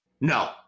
No